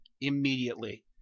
immediately